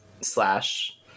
slash